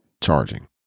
charging